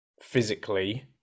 physically